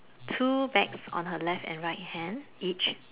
two bags on her left and right hand each